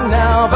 now